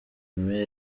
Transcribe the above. aimé